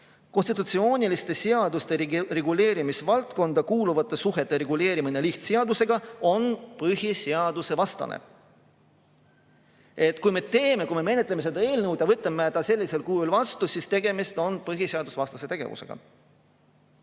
konstitutsiooniliste seaduste reguleerimisvaldkonda kuuluvate suhete reguleerimine lihtseadusega on põhiseadusevastane. Kui me menetleme seda eelnõu ja võtame ta sellisel kujul vastu, siis on tegemist põhiseadusevastase tegevusega.